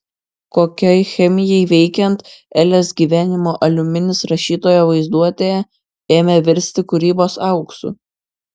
kokiai chemijai veikiant elės gyvenimo aliuminis rašytojo vaizduotėje ėmė virsti kūrybos auksu